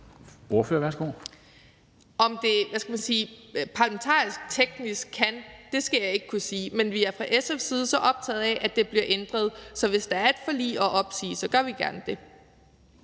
hvad skal man sige, parlamentarisk teknisk kan lade sig gøre, skal jeg ikke kunne sige. Men vi er fra SF's side så optaget af, at det bliver ændret, at hvis der er et forlig at opsige, gør vi gerne det.